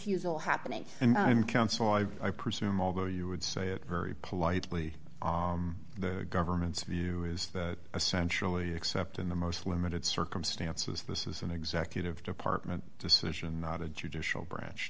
recusal happening and i'm counsel i presume although you would say it very politely the government's view is that essentially except in the most limited circumstances this is an executive department decision not a judicial branch